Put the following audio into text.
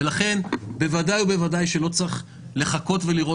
ולכן בוודאי ובוודאי שלא צריך לחכות ולראות